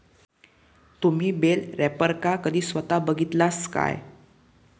तुम्ही बेल रॅपरका कधी स्वता बघितलास काय?